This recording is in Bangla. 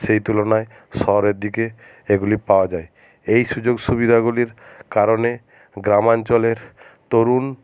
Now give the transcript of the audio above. সেই তুলনায় শহরের দিকে এগুলি পাওয়া যায় এই সুযোগ সুবিধাগুলির কারণে গ্রামাঞ্চলের তরুণ